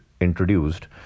introduced